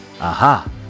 Aha